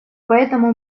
поэтому